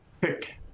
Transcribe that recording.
pick